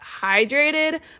hydrated